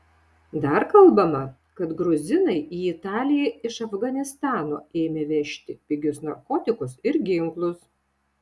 dar kalbama kad gruzinai į italiją iš afganistano ėmė vežti pigius narkotikus ir ginklus